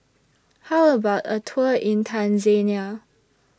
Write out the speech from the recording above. How about A Tour in Tanzania